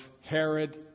Herod